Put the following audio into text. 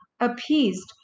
Appeased